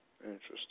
Interesting